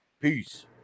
Peace